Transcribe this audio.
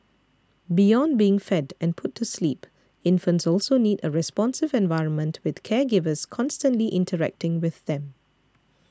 beyond being fed and put to sleep infants also need a responsive environment with caregivers constantly interacting with them